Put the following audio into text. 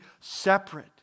separate